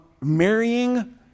marrying